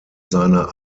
seiner